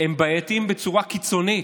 הם בעייתיים בצורה קיצונית,